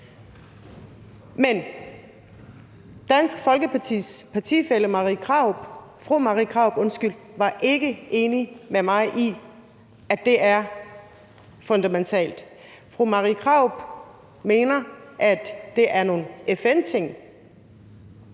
Men Dansk Folkepartis ordførers partifælle fru Marie Krarup var ikke enig med mig i, at det er fundamentalt. Fru Marie Krarup mener, at det er nogle FN-ting,